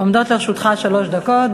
עומדות לרשותך שלוש דקות.